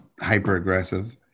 hyper-aggressive